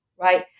Right